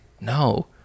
No